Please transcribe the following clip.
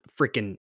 freaking